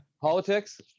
politics